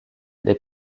les